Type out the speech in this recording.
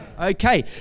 Okay